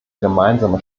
gemeinsame